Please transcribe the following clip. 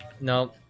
No